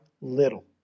little